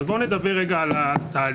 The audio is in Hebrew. בוא נדבר רגע על התהליך.